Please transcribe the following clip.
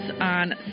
on